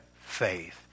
faith